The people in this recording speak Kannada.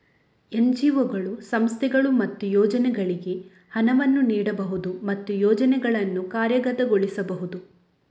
ಎನ್.ಜಿ.ಒಗಳು, ಸಂಸ್ಥೆಗಳು ಮತ್ತು ಯೋಜನೆಗಳಿಗೆ ಹಣವನ್ನು ನೀಡಬಹುದು ಮತ್ತು ಯೋಜನೆಗಳನ್ನು ಕಾರ್ಯಗತಗೊಳಿಸಬಹುದು